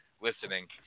listening